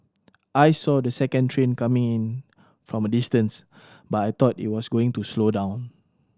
I saw the second train coming in from a distance but I thought it was going to slow down